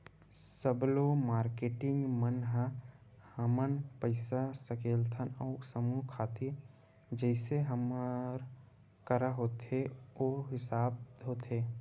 सब्बो मारकेटिंग मन ह हमन पइसा सकेलथन अपन समूह खातिर जइसे हमर करा होथे ओ हिसाब होथे